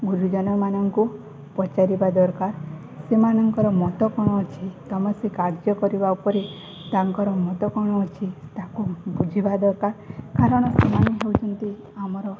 ଗୁରୁଜନମାନଙ୍କୁ ପଚାରିବା ଦରକାର ସେମାନଙ୍କର ମତ କ'ଣ ଅଛି ତମର ସେ କାର୍ଯ୍ୟ କରିବା ଉପରେ ତାଙ୍କର ମତ କ'ଣ ଅଛି ତାକୁ ବୁଝିବା ଦରକାର କାରଣ ସେମାନେ ହେଉଛନ୍ତି ଆମର